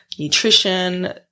Nutrition